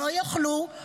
"לא יאכלו,